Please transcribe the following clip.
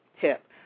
tip